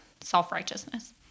self-righteousness